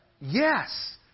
yes